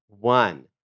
One